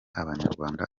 abanyarwanda